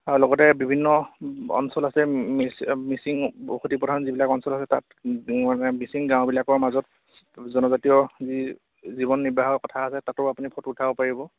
আৰু লগতে বিভিন্ন অঞ্চল আছে মিচিং বসতিপ্ৰধান যিবিলাক অঞ্চল আছে তাত মানে মিচিং গাঁওবিলাকৰ মাজত জনজাতীয় যি জীৱন নিৰ্বাহৰ কথা আছে তাতো আপুনি ফটো উঠাব পাৰিব